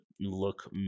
look